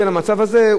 והוא מאבד את כספו.